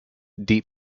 deep